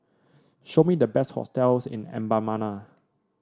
show me the best hotels in Mbabana